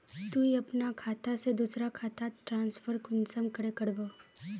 तुई अपना खाता से दूसरा खातात ट्रांसफर कुंसम करे करबो?